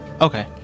Okay